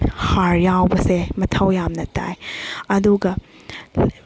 ꯍꯥꯔ ꯌꯥꯎꯕꯁꯦ ꯃꯊꯧ ꯌꯥꯝꯅ ꯇꯥꯏ ꯑꯗꯨꯒ